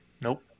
nope